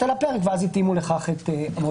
על הפרק ואז התאימו לכך את אמות המידה.